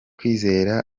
kwizera